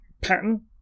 pattern